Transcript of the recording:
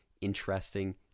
interesting